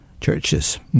churches